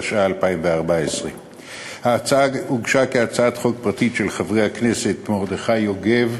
התשע"ה 2014. ההצעה הוגשה כהצעת חוק פרטית של חברי הכנסת מרדכי יוגב,